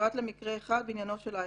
פרט למקרה אחד בעניינו של אייכמן.